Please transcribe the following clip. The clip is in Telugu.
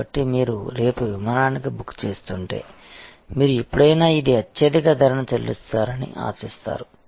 కాబట్టి మీరు రేపు విమానానికి బుక్ చేస్తుంటే మీరు ఎప్పుడైనా ఇది అత్యధిక ధరను చెల్లిస్తారని ఆశిస్తారు